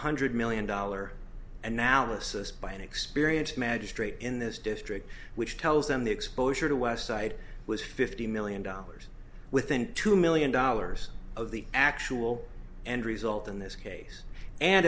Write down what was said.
hundred million dollar analysis by an experienced magistrate in this district which tells them the exposure to west side was fifty million dollars within two million dollars of the actual end result in this case